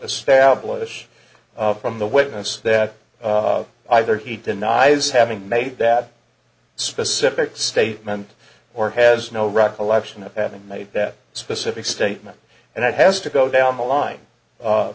a stablish of from the witness that either he denies having made that specific statement or has no recollection of having made that specific statement and it has to go down the line